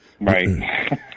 Right